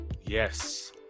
Yes